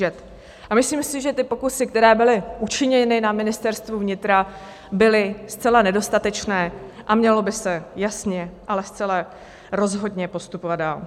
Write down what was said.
A myslím si, že ty pokusy, které byly učiněny na Ministerstvu vnitra, byly zcela nedostatečné a mělo by se jasně, ale zcela rozhodně postupovat dál.